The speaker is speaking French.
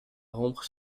rompre